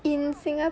in singa~